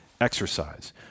Exercise